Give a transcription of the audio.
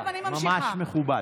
ממש מכובד.